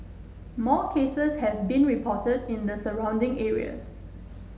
more cases have been reported in the surrounding areas